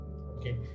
Okay